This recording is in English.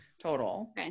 total